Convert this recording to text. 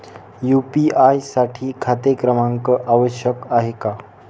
UPI साठी खाते क्रमांक आवश्यक आहे का?